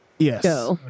Yes